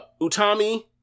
Utami